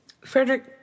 Frederick